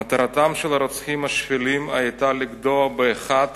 מטרתם של הרוצחים השפלים היתה לגדוע באחת